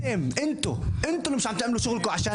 אתם (מדבר בערבית) אתם לא עושים את העבודה שלכם.